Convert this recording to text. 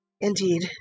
Indeed